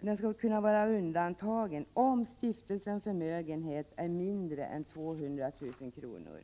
Förutsättningen är att stiftelsens förmögenhet är mindre än 200 000 kr.